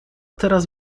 teraz